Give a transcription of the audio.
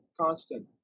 constant